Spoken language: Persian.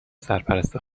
سرپرست